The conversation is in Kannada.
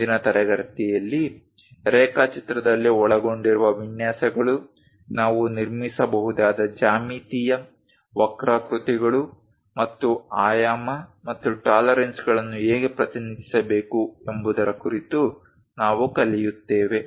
ಮುಂದಿನ ತರಗತಿಯಲ್ಲಿ ರೇಖಾಚಿತ್ರದಲ್ಲಿ ಒಳಗೊಂಡಿರುವ ವಿನ್ಯಾಸಗಳು ನಾವು ನಿರ್ಮಿಸಬಹುದಾದ ಜ್ಯಾಮಿತೀಯ ವಕ್ರಾಕೃತಿಗಳು ಮತ್ತು ಆಯಾಮ ಮತ್ತು ಟಾಲರೆನ್ಸಗಳನ್ನು ಹೇಗೆ ಪ್ರತಿನಿಧಿಸಬೇಕು ಎಂಬುದರ ಕುರಿತು ನಾವು ಕಲಿಯುತ್ತೇವೆ